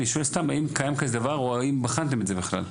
האם בחנתם את זה כלל.